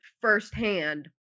firsthand